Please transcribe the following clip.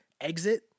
exit